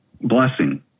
blessing